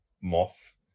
moth